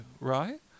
right